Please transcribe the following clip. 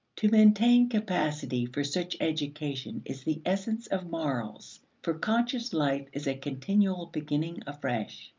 to maintain capacity for such education is the essence of morals. for conscious life is a continual beginning afresh.